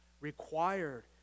required